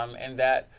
um and that